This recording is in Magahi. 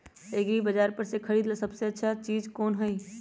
एग्रिबाजार पर से खरीदे ला सबसे अच्छा चीज कोन हई?